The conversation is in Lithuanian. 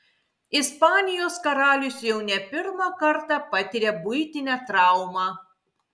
ispanijos karalius jau ne pirmą kartą patiria buitinę traumą